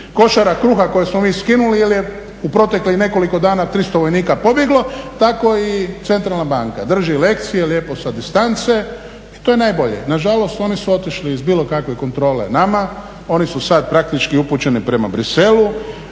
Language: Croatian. košara kruha koje smo mi skinuli jer je u proteklih nekoliko dana 300 vojnika pobjeglo. Tako i Centralna banka drži lekcije lijepo sa distance i to je najbolje. Nažalost oni su otišli iz bilo kakve kontrole nama, oni su sada praktički upućeni prema Briselu,